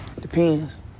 depends